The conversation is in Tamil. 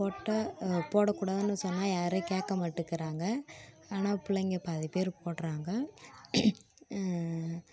போட்டா போடக்கூடாதுன்னு சொன்னால் யாரும் கேட்க மாட்டுகிறாங்க ஆனால் பிள்ளைங்க பாதி பேர் போடுறாங்க